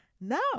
no